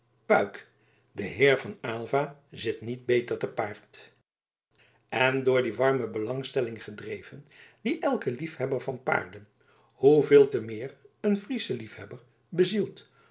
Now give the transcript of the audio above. puik de heer van aylva zit niet beter te paard en door die warme belangstelling gedreven die elken liefhebber van paarden hoeveel te meer een frieschen liefhebber bezielt